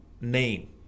name